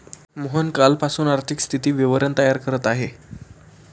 मोहन कालपासून आर्थिक स्थिती विवरण तयार करत आहे